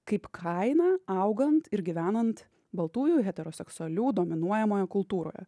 kaip kaina augant ir gyvenant baltųjų heteroseksualių dominuojamoje kultūroje